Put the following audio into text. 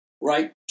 right